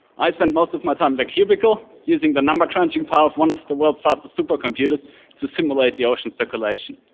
i spend much of my time in a cubicle, using the number-crunching power of one of the world's fastest supercomputers to simulate the ocean's circulation.